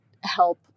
help